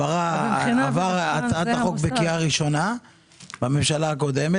הצעת החוק עברה בקריאה ראשונה בממשלה הקודמת,